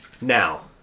now